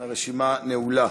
הרשימה נעולה.